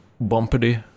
bumpity